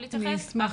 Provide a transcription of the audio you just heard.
רבה.